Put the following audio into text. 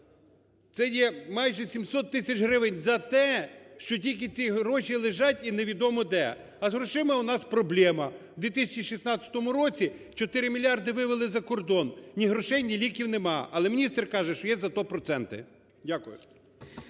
це є майже 700 тисяч гривень за те, що тільки ці гроші лежать і невідомо де. А з грошима у нас проблема: в 2016 році 4 мільярди вивели за кордон, ні грошей, ні ліків нема, але міністр каже, що є зато проценти. Дякую.